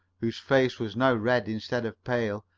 whose face was now red instead of pale,